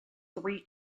three